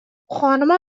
خانوما